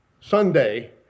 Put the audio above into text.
Sunday